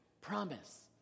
promise